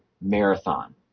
marathon